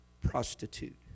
prostitute